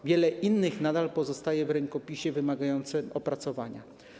Wiele innych nadal pozostaje w rękopisie wymagającym opracowania.